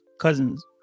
cousins